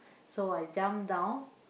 so I jump down